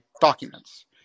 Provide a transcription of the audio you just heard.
documents